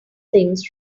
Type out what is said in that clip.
things